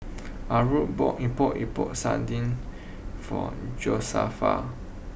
Aura bought Epok Epok Sardin for Josefa